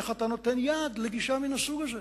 איך אתה נותן יד לגישה מן הסוג הזה.